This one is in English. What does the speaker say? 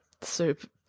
soup